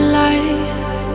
life